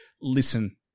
listen